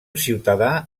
ciutadà